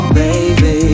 baby